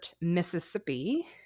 Mississippi